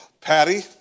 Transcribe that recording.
Patty